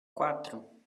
quatro